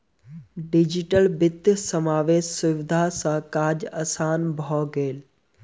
digital वित्तीय समावेशक सुविधा सॅ काज आसान भ गेल